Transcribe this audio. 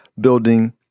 building